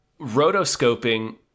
rotoscoping